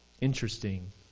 Interesting